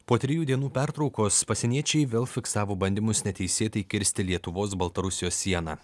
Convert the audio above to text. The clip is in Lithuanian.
po trijų dienų pertraukos pasieniečiai vėl fiksavo bandymus neteisėtai kirsti lietuvos baltarusijos sieną